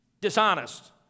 Dishonest